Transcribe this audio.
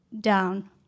down